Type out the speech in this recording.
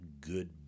good